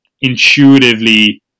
intuitively